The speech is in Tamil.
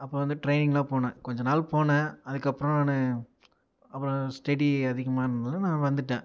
அப்போ வந்து ட்ரைனிங்லாம் போனேன் கொஞ்சம் நாள் போனேன் அதுக்கப்புறம் நானு அப்புறம் ஸ்டெடி அதிகமாக இருந்ததுனால் நான் வந்துட்டேன்